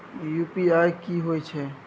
UPI की होय छै?